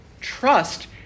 trust